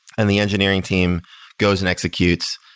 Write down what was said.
and the engineering team goes and executes.